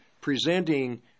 presenting